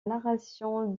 narration